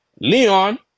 Leon